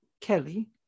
Kelly